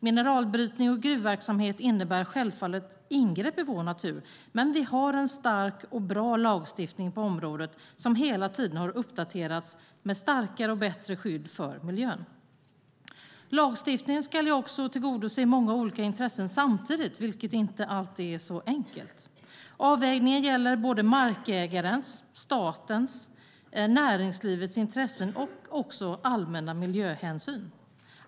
Mineralbrytning och gruvverksamhet innebär självfallet ingrepp i vår natur, men vi har en stark och bra lagstiftning på området som hela tiden har uppdaterats med starkare och bättre skydd för miljön. Lagstiftningen ska också tillgodose många olika intressen samtidigt, vilket inte alltid är så enkelt. Avvägningen gäller markägarens, statens och näringslivets intressen och också allmänna miljöhänsyn.